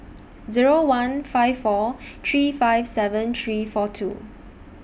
Zero one five four three five seven three four two